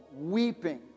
weeping